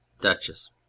Duchess